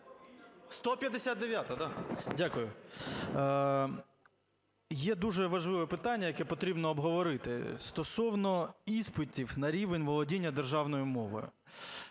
159-а, да. Дякую. Є дуже важливе питання, яке потрібно обговорити: стосовно іспитів на рівень володіння державною мовою.